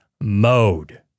mode